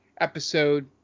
episode